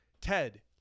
Ted